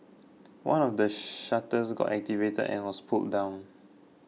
one of the shutters got activated and was pulled down